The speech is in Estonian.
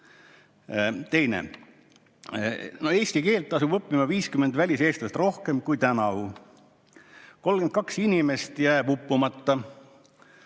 olla. Eesti keelt asub õppima 50 väliseestlast rohkem kui tänavu, 32 inimest jääb uppumata,